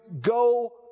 go